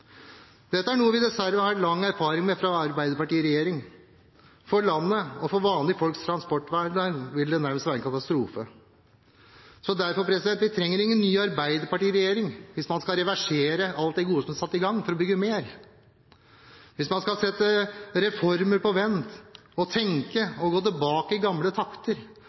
dette landet trenger. Dette er noe vi dessverre har lang erfaring med fra Arbeiderpartiet i regjering. For landet og for vanlige folks transporthverdag vil det nærmest være en katastrofe. Derfor trenger vi ingen ny arbeiderpartiregjering hvis man skal reversere alt det gode som er satt i gang for å bygge mer. Hvis man skal sette reformer på vent, tenke, gå tilbake til gamle takter